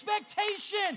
expectation